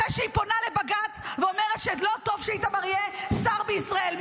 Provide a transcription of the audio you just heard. אחרי שהיא פונה לבג"ץ ואומרת שלא טוב שאיתמר יהיה שר בישראל?